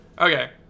Okay